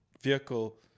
vehicle